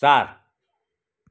चार